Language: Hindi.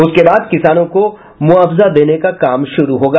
उसके बाद किसानों को मुआवजा देने का काम शुरू होगा